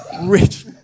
Rich